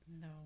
No